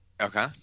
okay